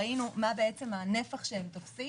ראינו איזה נפח הם תופסים.